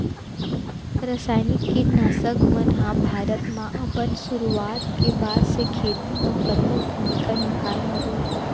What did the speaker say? रासायनिक किट नाशक मन हा भारत मा अपन सुरुवात के बाद से खेती मा परमुख भूमिका निभाए हवे